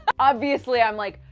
obviously i'm, like,